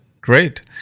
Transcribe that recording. Great